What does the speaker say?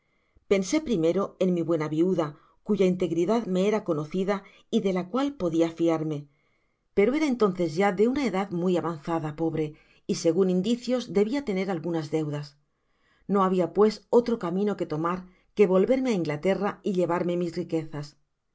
pensé primero en mi buena viuda cuya integridad me era conocida y de la cual podia liarme pero era entonces ya de una edad muy avanzada pobre y segun indicios debia tener algunas deudas no habia pues otro camino que tomar que volverme á inglaterra y llevarme mis riquezas se